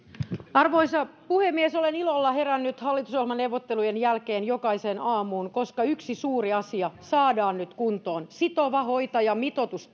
arvoisa puhemies olen ilolla herännyt hallitusohjelmaneuvottelujen jälkeen jokaiseen aamuun koska yksi suuri asia saadaan nyt kuntoon sitova hoitajamitoitus